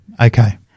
Okay